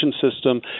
system